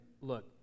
look